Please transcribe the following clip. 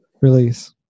release